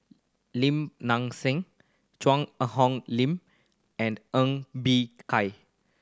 Lim Nang Seng Cheang Hong Lim and Ng Bee Kai